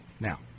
Now